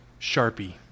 sharpie